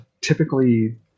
Typically